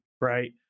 Right